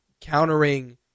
countering